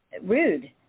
rude